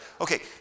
Okay